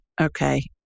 Okay